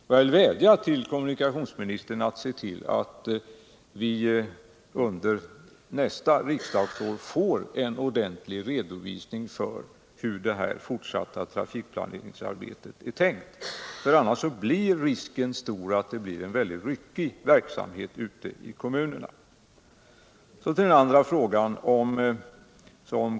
Jag vädjar till kommunikationsministern att se till att vi under nästa riksdagsår får en ordentlig redovisning för hur det fortsatta trafikplaneringsarbetet är tänkt. Annars blir risken stor att verksamheten ute i kommunerna blir mycket ryckig.